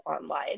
online